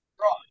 right